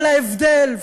אבל ההבדל,